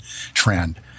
trend